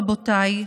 רבותיי,